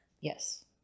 Yes